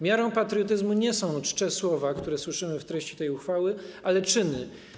Miarą patriotyzmu nie są czcze słowa, które słyszymy w treści tej uchwały, ale czyny.